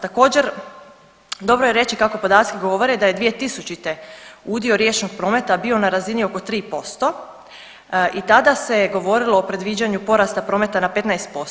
Također dobro je reći kako podaci govore da je 2000. udio riječnog prometa bio na razini oko 3% i tada se govorilo o predviđanju porasta prometa na 15%